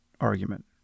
argument